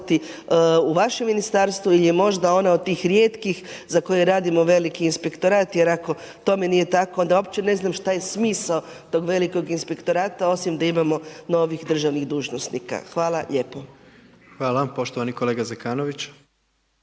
u vašem ministarstvu ili je možda ona od tih rijetkih, za koje radimo veliki inspektorat, jer ako tome nije tako, onda uopće ne znam šta je smisao tog velikog inspektorata, osim da imamo novih državnih dužnosnika. Hvala lijepo. **Jandroković,